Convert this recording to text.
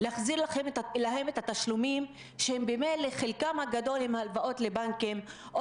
להחזיר להם את התשלומים שבמילא חלקם הגדול הם הלוואות לבנקים או